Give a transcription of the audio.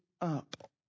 up